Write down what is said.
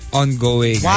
ongoing